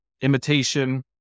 imitation